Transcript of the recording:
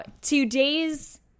today's